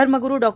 धर्मग्रू डॉ